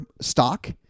stock